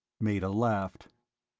meta laughed.